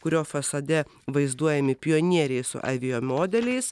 kurio fasade vaizduojami pionieriai su aviamodeliais